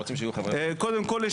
קודם כל,